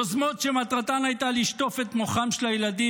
יוזמות שמטרתן הייתה לשטוף את מוחם של הילדים